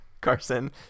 Carson